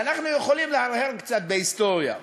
ואנחנו יכולים להרהר קצת בהיסטוריה.